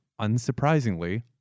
unsurprisingly